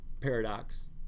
paradox